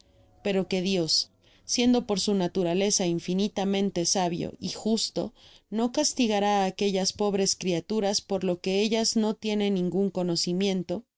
pero que dios siendo por su naturaleza infinitamente sabio y justo no castigará á acuellas pobres criaturas por lo que ellas no tiene ningun conocimiento